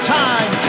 time